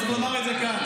צריך לומר את זה כאן,